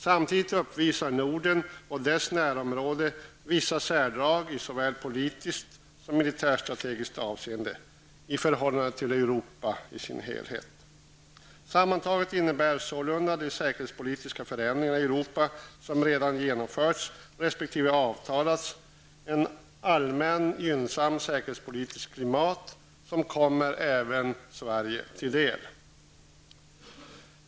Samtidigt uppvisar Norden och dess närområde vissa särdrag i såväl politiskt som militärstrategiskt avseende i förhållande till Sammantaget innebär således de säkerhetspolitiska förändringar som redan genomförts resp. avtalats i Europa ett allmänt gynnsammare säkerhetspolitiskt klimat som kommer även Sverige till del.